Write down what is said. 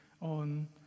on